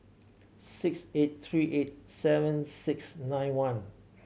six eight three eight seven six nine one